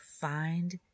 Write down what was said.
find